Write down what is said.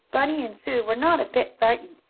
bunny and sue were not a bit frightened.